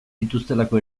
dituztelako